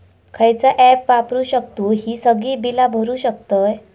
खयचा ऍप वापरू शकतू ही सगळी बीला भरु शकतय?